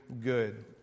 good